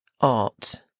art